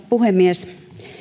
puhemies